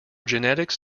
genetics